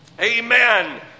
Amen